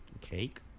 Cake